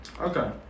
okay